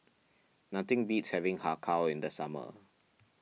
nothing beats having Har Kow in the summer